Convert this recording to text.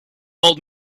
old